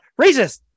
racist